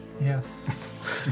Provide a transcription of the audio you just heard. Yes